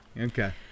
Okay